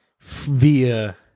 via